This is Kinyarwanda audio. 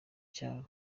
cyaro